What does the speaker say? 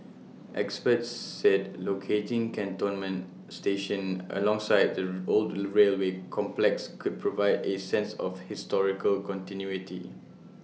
experts said locating Cantonment station alongside the old railway complex could provide A sense of historical continuity